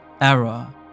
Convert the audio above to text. error